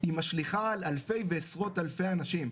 משליכה על אלפי ועשרות אלפי אנשים.